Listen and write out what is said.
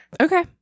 Okay